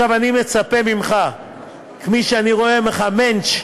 עכשיו אני מצפה, כמי שרואה אותך מענטש,